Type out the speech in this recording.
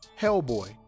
Hellboy